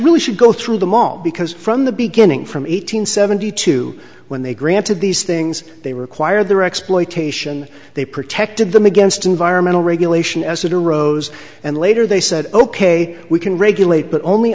really should go through the mall because from the beginning from eight hundred seventy two when they granted these things they require their exploitation they protected them against environmental regulation as it arose and later they said ok we can regulate but only